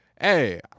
Hey